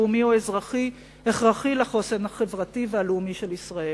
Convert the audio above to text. לאומי או אזרחי הכרחי לחוסן החברתי והלאומי של ישראל.